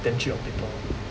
damn cheap on paper